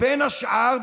בין השאר,